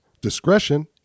Discretion